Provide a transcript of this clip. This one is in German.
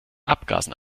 abgasen